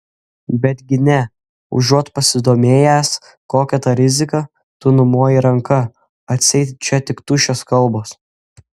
betgi ne užuot pasidomėjęs kokia ta rizika tu numojai ranka atseit čia tik tuščios kalbos